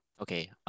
Okay